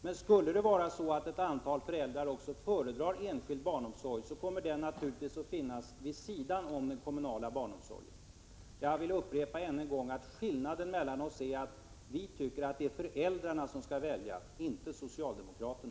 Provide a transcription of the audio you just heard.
Men om det även skulle vara så att ett antal föräldrar föredrar enskild barnomsorg, kommer den naturligtvis att finnas vid sidan av den kommunala barnomsorgen. Jag vill en än gång upprepa att skillnaden mellan oss är att vi tycker att det är föräldrarna som skall välja — inte socialdemokraterna.